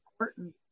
important